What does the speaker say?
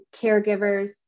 caregivers